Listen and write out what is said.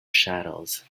shadows